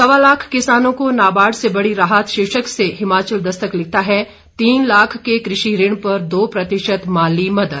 सवा लाख किसानों को नाबार्ड से बड़ी राहत शीर्षक से हिमाचल दस्तक लिखता है तीन लाख के कृषि ऋण पर दो प्रतिशत माली मदद